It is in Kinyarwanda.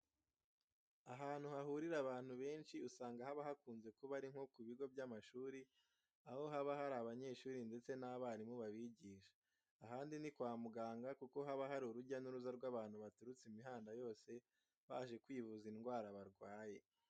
Ahantu hahurira abantu benshi usanga haba hakunze kuba ari nko ku bigo by'amashuri aho haba hari abanyeshuri ndese n'abarimu babigisha. Ahandi ni kwa muganga kuko haba hari urujya n'uruza rw'abantu baturutse imihanda yose baje kwivuza indwara barwaye.